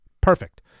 Perfect